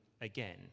again